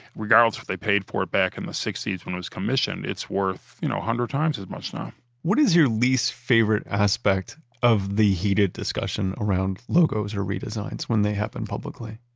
regardless what they paid for it back in the sixty s when it was commissioned, it's worth, you know, a hundred times as much now what is your least favorite aspect of the heated discussion around logos or redesigns when they happen publicly?